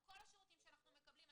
על כל השירותים שאנחנו מקבלים.